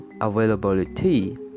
availability